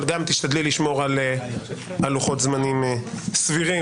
אבל תשתדלי גם לשמור על לוחות זמנים סבירים